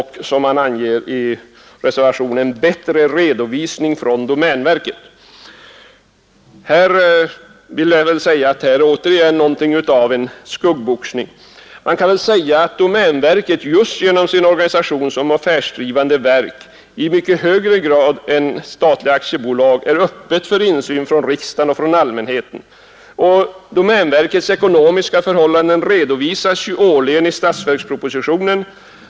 Här är återigen något av skuggboxning. Man kan väl säga att domänverket just genom sin organisation som affärsdrivande verk i mycket högre grad än statliga aktiebolag är öppet för insyn från riksdagen och från allmänheten. Domänverkets ekonomiska förhållanden redovisas ju årligen i statsverkspropositionen.